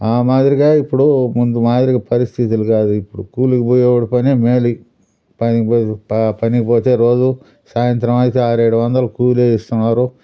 ఆ మాదిరిగా ఇప్పుడు ముందు మాదిరిగా పరిస్థితులు కాదు ఇప్పుడు కూలికి పోయేవాడు పనే మేలు పనికి పోయే ప పనికి పోతే రోజు సాయంత్రం అయితే ఆరేడు వందలు కూలే ఇస్తున్నారు